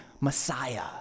Messiah